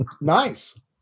Nice